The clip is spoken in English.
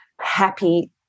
happy